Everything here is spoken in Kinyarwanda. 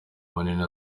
munini